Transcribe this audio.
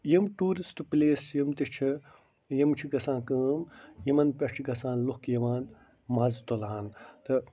یِم tourist places یِم تہِ چھِ یِم چھِ گَژھان کٲم یِمن پٮ۪ٹھ چھِ گَژھان لُکھ یِوان مَزٕ تُلان تہٕ